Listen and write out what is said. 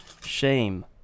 Shame